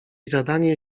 zadanie